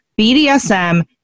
BDSM